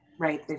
Right